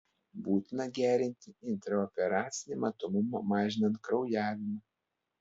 būtina gerinti intraoperacinį matomumą mažinant kraujavimą